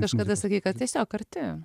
kažkada sakei kad tiesiog arti